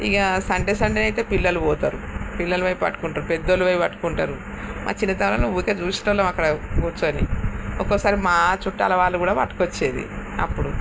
ఇంకా Sunday Sunday అయితే పిల్లలు పోతారు పిల్లలు వెళ్ళి పట్టుకుంటారు పెద్దోళ్ళు వెళ్ళి పట్టుకుంటారు మా చిన్నతనంలో వెళ్తే చూసేవాళ్ళం అక్కడ కూర్చోని ఒక్కోసారి మా చూట్టాలవాళ్ళు కూడా పట్టుకొచ్చేది అప్పుడు